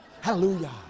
Hallelujah